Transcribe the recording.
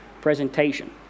presentation